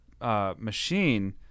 machine